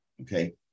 Okay